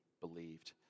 believed